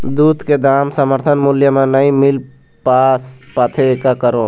दूध के दाम समर्थन मूल्य म नई मील पास पाथे, का करों?